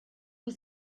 was